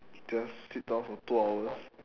just sit down for two hours